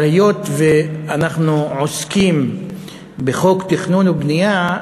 אבל היות שאנחנו עוסקים בחוק התכנון והבנייה,